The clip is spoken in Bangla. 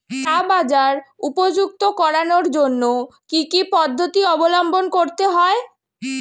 চা বাজার উপযুক্ত করানোর জন্য কি কি পদ্ধতি অবলম্বন করতে হয়?